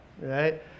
right